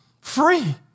free